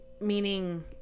meaning